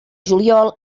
juliol